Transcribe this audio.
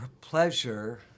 pleasure